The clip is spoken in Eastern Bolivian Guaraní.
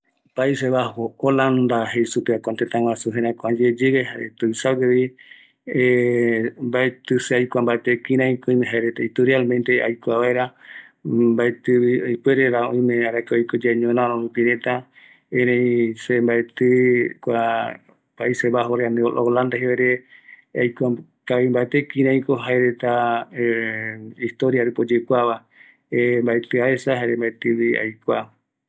Kua holanda jaeko mkua tëtä guasu jërakua yeyeva, ëreï mbaeti aikuambatee, kua tëtäre, oïme ra arakae yave oiko ñorärö rupi, ëreï aikuava jeko tëtä tuisava, kutɨgui jaevaera kïraïko kua tëtä ou oikova jaepotaa nbae